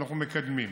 שאנחנו מקדמים.